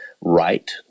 right